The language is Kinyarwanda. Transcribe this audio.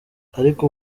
ariko